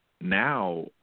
now